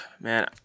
man